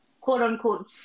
quote-unquote